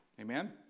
Amen